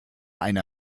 eine